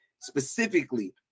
specifically